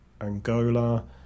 Angola